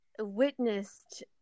witnessed